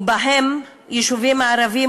ובהם יישובים ערביים,